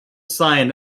sign